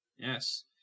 yes